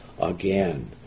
again